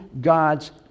God's